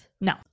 No